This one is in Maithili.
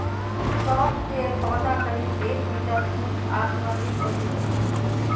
सौंफ के पौधा करीब एक मीटर ऊंच आ सुगंधित होइ छै